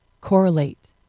correlate